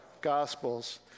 Gospels